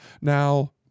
Now